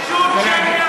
פשוט שקר וכזב.